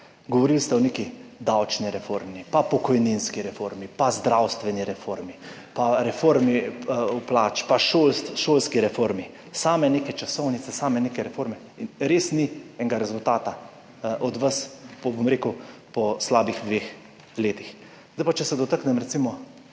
Govorili ste o neki davčni reformi, pokojninski reformi, zdravstveni reformi, reformi plač in o šolski reformi, same neke časovnice, same neke reforme in res ni enega rezultata od vas po slabih dveh letih. Če se zdaj dotaknem, recimo,